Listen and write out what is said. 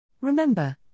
Remember